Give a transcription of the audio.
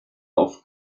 auf